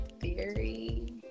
Theory